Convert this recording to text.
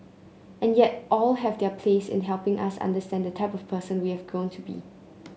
and yet all have their place in helping us understand the type of person we have grown to be